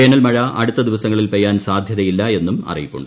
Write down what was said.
വേനൽമഴ അടുത്ത ദിവസങ്ങളിൽ പെയ്യാൻ സാധ്യതയില്ല എന്നും അറിയിപ്പുണ്ട്